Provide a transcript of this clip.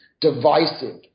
divisive